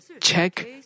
check